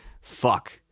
Fuck